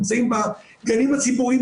נמצאים בגנים הציבוריים,